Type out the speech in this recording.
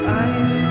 eyes